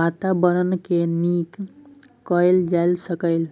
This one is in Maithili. बाताबरणकेँ नीक कएल जा सकैए